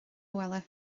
bhaile